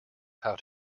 how